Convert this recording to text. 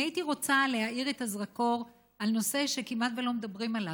אני הייתי רוצה להאיר בזרקור את הנושא שכמעט שלא מדברים עליו,